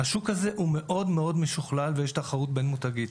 השוק הזה הוא מאוד משוכלל ויש בו תחרות בין-מותגית,